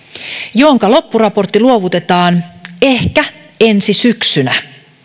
jonka loppuraportti luovutetaan ehkä ensi syksynä